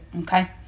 okay